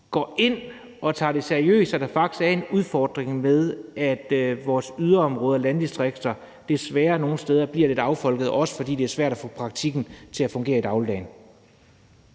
går ind og tager det seriøst, at der faktisk er en udfordring med, at vores yderområder, landdistrikter, desværre nogle steder bliver lidt affolkede, også fordi det er svært at få det til at fungere praktisk i dagligdagen.